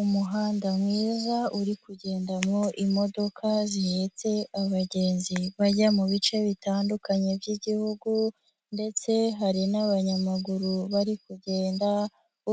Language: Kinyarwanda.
Umuhanda mwiza uri kugendamo imodoka zihetse abagenzi bajya mu bice bitandukanye by'igihugu ndetse hari n'abanyamaguru bari kugenda,